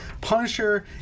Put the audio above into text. Punisher